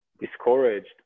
discouraged